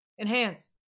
Enhance